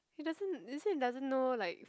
he doesn't he say he doesn't know like